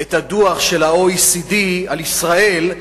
את הדוח של ה-OECD על ישראל,